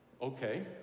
Okay